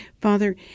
Father